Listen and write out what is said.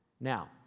Now